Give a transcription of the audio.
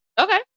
Okay